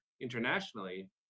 internationally